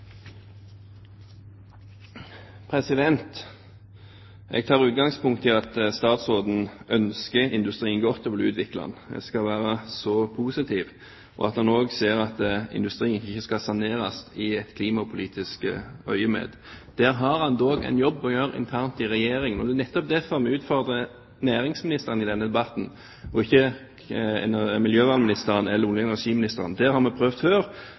å si at han også ser at industrien ikke skal saneres i klimapolitisk øyemed. Der har han dog en jobb å gjøre internt i Regjeringen, og det er nettopp derfor vi utfordrer næringsministeren i denne debatten og ikke miljøvernministeren eller olje- og energiministeren. Det har vi prøvd før,